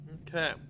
Okay